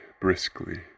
briskly